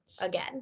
again